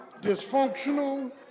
dysfunctional